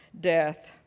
death